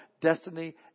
destiny